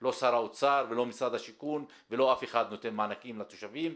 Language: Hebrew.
לא שר האוצר ולא משרד השיכון ולא אף אחד נותן מענקים לתושבים.